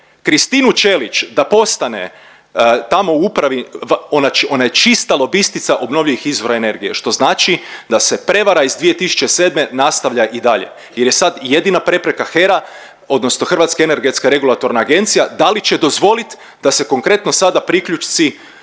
Kristinu Ćelić da postane tamo u upravi ona je čista lobistica obnovljivih izvora energije što znači da se prevara iz 2007. nastavlja i dalje jer je sad jedina prepreka HERA odnosno Hrvatska energetska regulatorna agencija da li će dozvolit da se konkretno sada priključci,